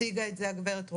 הציגה את זה הגברת רומנו,